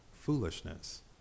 foolishness